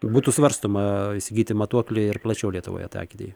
būtų svarstoma įsigyti matuoklį ir plačiau lietuvoje taikyti jį